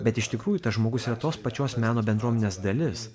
bet iš tikrųjų tas žmogus yra tos pačios meno bendruomenės dalis